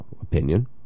opinion